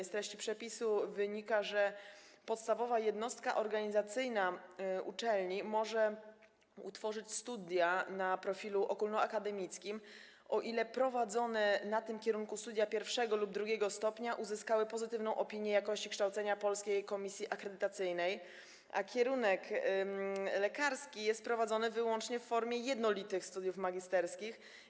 Z treści przepisu wynika, że podstawowa jednostka organizacyjna uczelni może utworzyć studia na profilu ogólnoakademickim, jeśli prowadzone na tym kierunku studia I lub II stopnia uzyskały pozytywną opinię jakości kształcenia Polskiej Komisji Akredytacyjnej, a kierunek lekarski jest prowadzony wyłącznie w formie jednolitych studiów magisterskich.